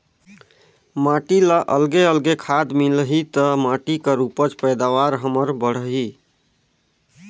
माटी ल अलगे अलगे खाद मिलही त माटी कर उपज पैदावार हमर बड़ही